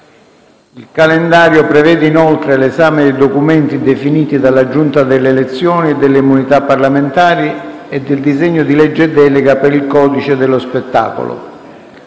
Il calendario prevede, inoltre, l'esame di documenti definiti dalla Giunta delle elezioni e delle immunità parlamentari ed il disegno di legge delega per il codice dello spettacolo.